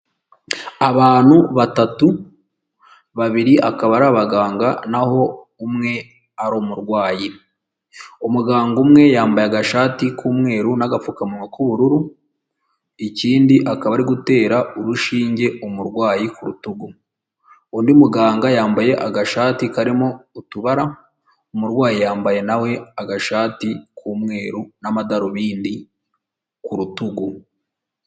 Abantu batatu, babiri akaba ari abaganga, naho umwe ari umurwayi. Umuganga umwe yambaye agashati k'umweru n'agapfukamunwa k'ubururu, ikindi akaba ari gutera urushinge umurwayi ku rutugu, undi muganga yambaye agashati karimo utubara, umurwayi yambaye nawe agashati k'umweru n'amadarubindi ku rutugu.